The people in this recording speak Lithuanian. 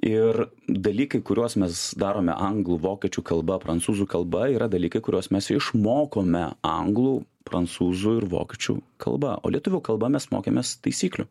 ir dalykai kuriuos mes darome anglų vokiečių kalba prancūzų kalba yra dalykai kuriuos mes išmokome anglų prancūzų ir vokiečių kalba o lietuvių kalba mes mokėmės taisyklių